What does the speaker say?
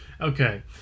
Okay